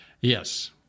Yes